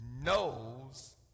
knows